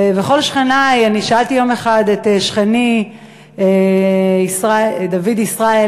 כל שכני, אני שאלתי יום אחד את שכני דוד ישראל: